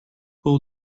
pull